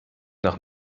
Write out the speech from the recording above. nach